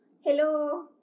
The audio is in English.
hello